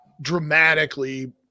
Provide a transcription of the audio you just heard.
dramatically